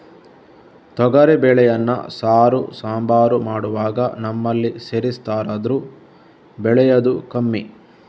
ತೊಗರಿ ಬೇಳೆಯನ್ನ ಸಾರು, ಸಾಂಬಾರು ಮಾಡುವಾಗ ನಮ್ಮಲ್ಲಿ ಸೇರಿಸ್ತಾರಾದ್ರೂ ಬೆಳೆಯುದು ಕಮ್ಮಿ